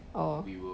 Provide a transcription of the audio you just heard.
orh